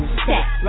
set